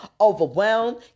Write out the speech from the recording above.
overwhelmed